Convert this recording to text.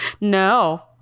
no